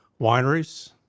wineries